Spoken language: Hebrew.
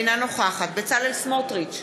אינה נוכחת בצלאל סמוטריץ,